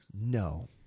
no